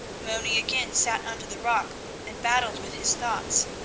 moni again sat under the rock and battled with his thoughts.